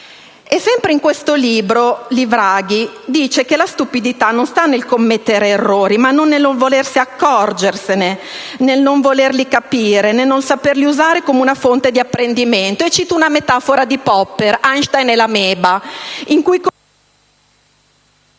Sempre in questo libro Livraghi dice che la stupidità non sta nel commettere errori, ma nel non volersene accorgersene, nel non volerli capire, nel non saperli usare come una fonte di apprendimento. Cito allora una metafora di Popper, «Einstein e l'ameba»: mentre